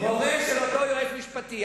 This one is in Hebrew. מורה של אותו יועץ משפטי.